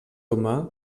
humà